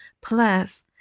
Plus